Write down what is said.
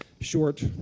short